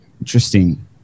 Interesting